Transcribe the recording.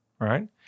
right